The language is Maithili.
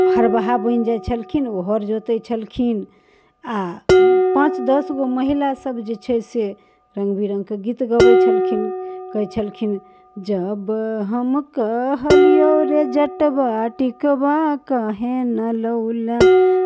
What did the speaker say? हरबाहा बनि जाइ छलखिन ओ हर जोतै छलखिन आओर पाँच दस गो महिला सब जे छै से रङ्ग बिरङ्गके गीत गबै छलखिन कहै छलखिन